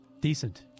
Decent